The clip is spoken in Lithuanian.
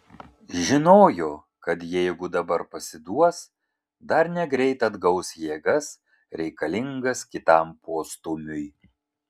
žinojo kad jeigu dabar pasiduos dar negreit atgaus jėgas reikalingas kitam postūmiui